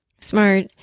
Smart